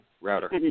router